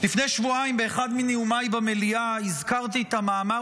שבועיים באחד מנאומיי במליאה הזכרתי את המאמר